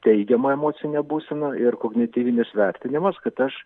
teigiama emocinė būsena ir kognityvinis vertinimas kad aš